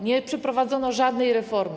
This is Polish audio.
Nie przeprowadzono żadnej reformy.